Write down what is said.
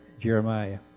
Jeremiah